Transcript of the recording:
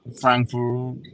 Frankfurt